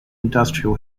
industrial